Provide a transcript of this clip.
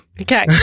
Okay